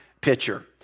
pitcher